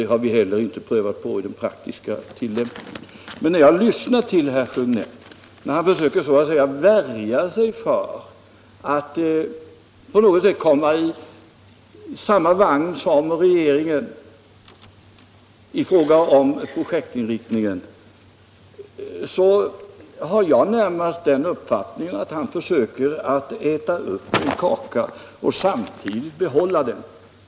Det har vi heller inte prövat på i den praktiska tillämpningen. Slutligen försökte herr Sjönell så att säga värja sig för att hamna i samma vagn som regeringen när det gäller projektinriktningen, men där har jag närmast den uppfattningen att herr Sjönell försökte äta upp kakan och samtidigt behålla den.